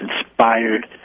inspired